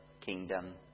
kingdom